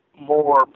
more